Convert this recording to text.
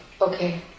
Okay